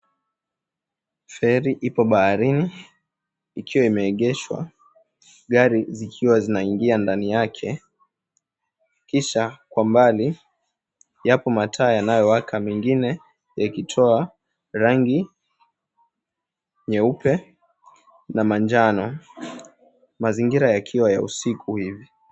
Feri ipo baharini ikiwa imeegeshwa, gari zikiwa zinaingia ndani yake. Kisha kwa mbali yapo mataa yanayowaka mengine yakitoa rangi nyeupe na manjano, mazingira yakiwa ya usiku hivi.